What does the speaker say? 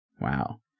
Wow